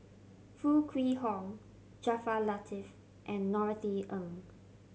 Foo Kwee Horng Jaafar Latiff and Norothy Ng